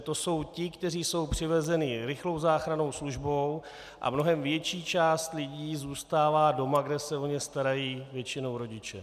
To jsou ti, kteří jsou přivezeni rychlou záchrannou službou, a mnohem větší část lidí zůstává doma, kde se o ně starají většinou rodiče.